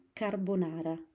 carbonara